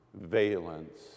valence